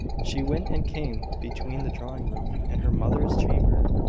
she went and came between the drawing-room and her mother's chamber,